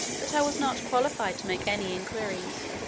that i was not qualified to make any inquiries.